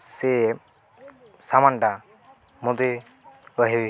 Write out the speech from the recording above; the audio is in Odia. ସେ ସାମାନଟା ମୋତେ କହିବେ